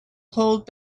hold